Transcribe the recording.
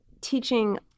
teaching